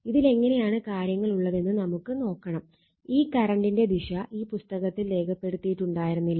ഇതിലെങ്ങനെയാണ് കാര്യങ്ങൾ ഉള്ളതെന്ന് നമുക്ക് നോക്കണം ഈ കറണ്ടിന്റെ ദിശ ഈ പുസ്തകത്തിൽ രേഖപ്പെടുത്തിയിട്ടുണ്ടായിരുന്നില്ല